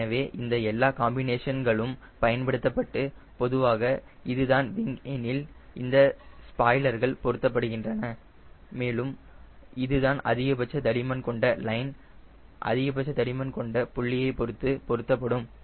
எனவே இந்த எல்லா காம்பினேஷன்களும் பயன்படுத்தப்பட்டு பொதுவாக இதுதான் விங் எனில் இந்த ஸ்பாய்லர்கள் பொருத்தப்படுகின்றன மேலும் இதுதான் அதிகபட்ச தடிமன் கொண்ட லைன் அதிகபட்ச தடிமன் கொண்ட புள்ளியை பொருத்து பொருத்தப்படும்